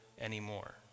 anymore